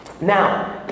now